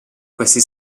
questi